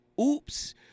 Oops